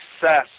success